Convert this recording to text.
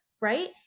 right